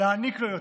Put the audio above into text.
להעניק לו יותר.